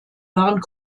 waren